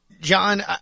John